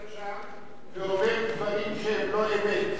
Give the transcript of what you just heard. עכשיו, ואומר דברים שהם לא-אמת.